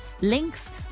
links